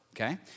okay